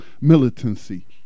militancy